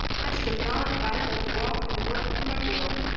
i should have gone if i'd had to walk and work for my board.